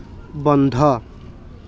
বন্ধ